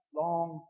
long